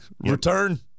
return